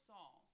Saul